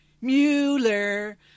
Mueller